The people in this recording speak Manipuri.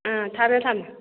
ꯑ ꯊꯝꯃꯦ ꯊꯝꯃꯦ